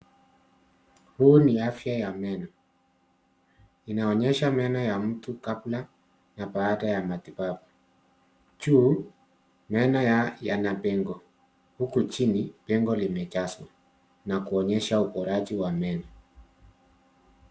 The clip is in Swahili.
Huu ni afya ya meno, inaonyesha meno ya mtu kabla na baada ya matibabu. Juu meno yanapengo na huku chini pengo limejazwa na kuonyesha uboraji wa meno.